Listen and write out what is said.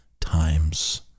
times